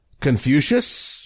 Confucius